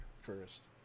first